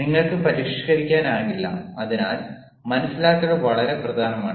നിങ്ങൾക്ക് പരിഷ്കരിക്കാനാകില്ല അതിനാൽ മനസ്സിലാക്കൽ വളരെ പ്രധാനമാണ്